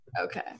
Okay